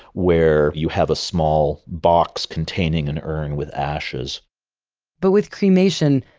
where you have a small box containing an urn with ashes but with cremation,